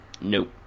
Nope